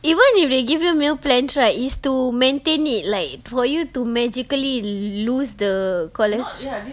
even if they give you meal plans right is to maintain it like for you to magically l~ lose the chloes~